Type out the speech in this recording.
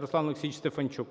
Руслан Олексійович Стефанчук.